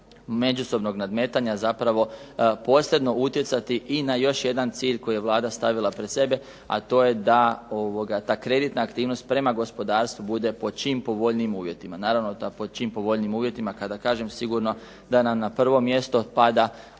međusobnog nadmetanja zapravo posebno utjecati i na još jedan cilj koji je Vlada stavila pred sebe, a to je da kreditna aktivnost prema gospodarstvu bude po čim povoljnijim uvjetima. Naravno da po čim povoljnijim uvjetima kada kažem, sigurno da nam na prvo mjesto pada